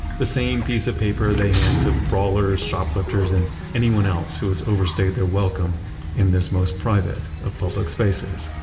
the same piece of paper they hand to brawlers, shoplifters or and anyone else who has overstayed their welcome in this most private of public spaces.